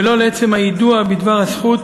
ולא לעצם היידוע בדבר הזכות